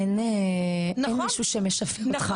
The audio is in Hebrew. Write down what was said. אין מישהו שמשפה אותך.